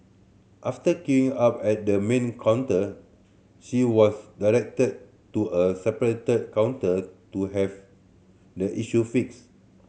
after queuing up at the main counter she was directed to a separated counter to have the issue fixed